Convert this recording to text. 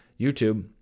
YouTube